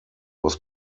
was